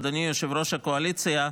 אדוני יושב-ראש הקואליציה,